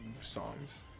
songs